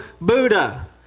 Buddha